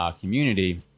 community